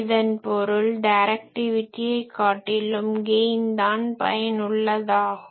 அதன் பொருள் டைரக்டிவிட்டியை காட்டிலும் கெய்ன் தான் பயனுள்ளதாகும்